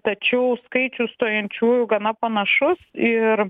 tačiau skaičius stojančiųjų gana panašus ir